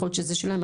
טעות שלהם.